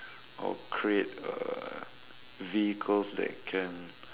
I'll create a vehicles that can